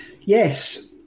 Yes